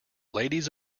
ladies